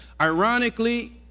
Ironically